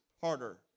harder